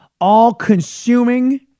all-consuming